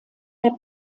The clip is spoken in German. der